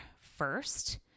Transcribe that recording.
first